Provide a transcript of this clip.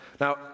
Now